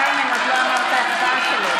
איימן עוד לא אמר את ההצבעה שלו.